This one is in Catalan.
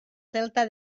celta